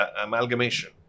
amalgamation